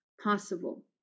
possible